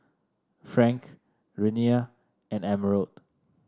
Frank Renea and Emerald